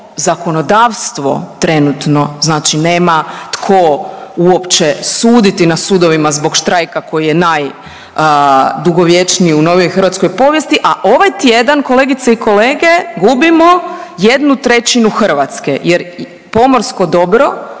zakonodavstvo trenutno znači nema tko uopće suditi na sudovima zbog štrajka koji je najdugovječniji u novijoj hrvatskoj povijesti, a ovaj tjedan kolegice i kolege gubimo jednu trećinu Hrvatske jer pomorsko dobro